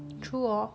true hor